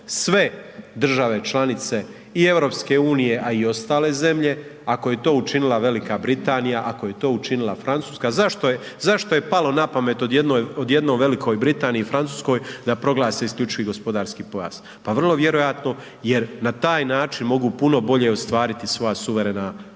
sve države članice i EU, a i ostale zemlje, ako je to učinila Velika Britanija, ako je to učinila Francuska, zašto je palo na pamet odjednom Velikoj Britaniji i Francuskoj da proglase isključivi gospodarski pojas, pa vrlo vjerojatno jer na taj način mogu puno bolje ostvariti svoja suverena prava.